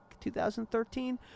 2013